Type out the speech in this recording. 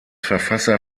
verfasser